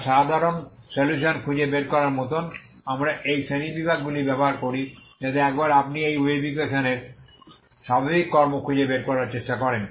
তার সাধারণ সলিউশন খুঁজে বের করার মতো আমরা এই শ্রেণীবিভাগগুলি ব্যবহার করি যাতে একবার আপনি এই ওয়েভ ইকুয়েশন এর স্বাভাবিক ফর্ম খুঁজে বের করার চেষ্টা করেন